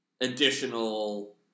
additional